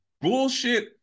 bullshit